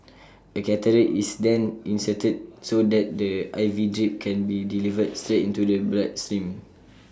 A catheter is then inserted so that the IV drip can be delivered straight into the blood stream